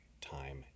time